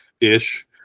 ish